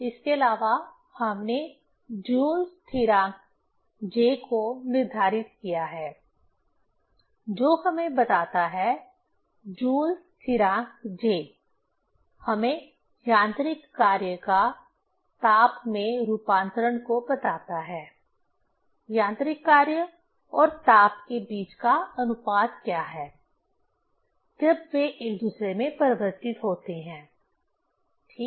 इसके अलावा हमने जूल स्थिरांक Joule's constant J को निर्धारित किया है जो हमें बताता है जूल स्थिरांक Joule's constant J हमें यांत्रिक कार्य का ताप में रूपांतरण को बताता है यांत्रिक कार्य और ताप के बीच का अनुपात क्या है जब वे एक दूसरे में परिवर्तित होते हैं ठीक